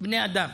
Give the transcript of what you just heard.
בני אדם,